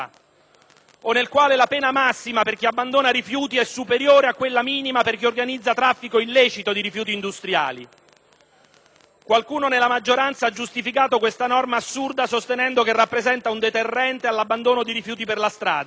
O nel quale la pena massima per chi abbandona rifiuti è superiore a quella minima per chi organizza traffico illecito di rifiuti industriali? Qualcuno nella maggioranza ha giustificato questa norma assurda sostenendo che rappresenta un deterrente all'abbandono di rifiuti per la strada.